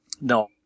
No